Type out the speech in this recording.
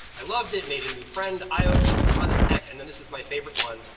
i loved it made a new friend i opening fun as heck, and then this is my favorite one.